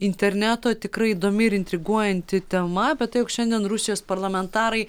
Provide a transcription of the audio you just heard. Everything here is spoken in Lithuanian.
interneto tikrai įdomi ir intriguojanti tema apie tai jog šiandien rusijos parlamentarai